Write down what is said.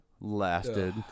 lasted